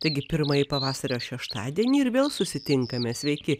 taigi pirmąjį pavasario šeštadienį ir vėl susitinkame sveiki